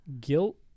guilt